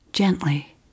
Gently